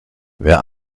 wer